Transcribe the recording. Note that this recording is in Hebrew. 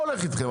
מה הולך איתכם?